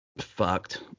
fucked